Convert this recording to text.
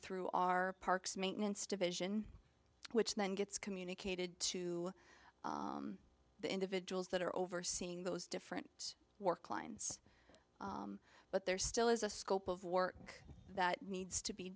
through our parks maintenance division which then gets communicated to the individuals that are overseeing those different work lines but there still is a scope of work that needs to be